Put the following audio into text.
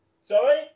Sorry